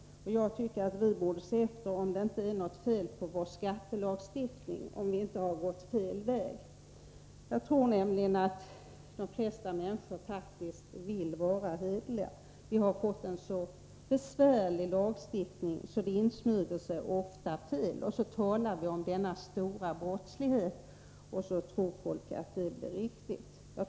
Jag tycker att vi på samma sätt borde se efter om det inte är något fel på vår skattelagstiftning. Jag tror nämligen att de flesta människor faktiskt vill vara hederliga. Lagstiftningen har blivit så besvärlig att det ofta insmyger sig fel vid tillämpningen. Så talar vi om denna stora brottslighet, och folk tror att det är en riktig beskrivning.